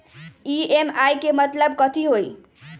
EMI के मतलब कथी होई?